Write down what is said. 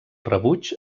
rebuig